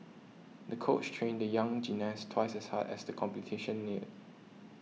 the coach trained the young gymnast twice as hard as the competition neared